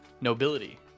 nobility